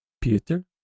Peter